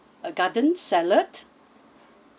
a garden salad